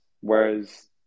whereas